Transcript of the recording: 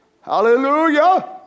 hallelujah